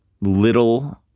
little